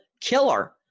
killer